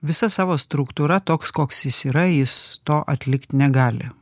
visa savo struktūra toks koks jis yra jis to atlikt negali